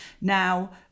now